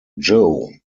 joe